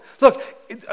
Look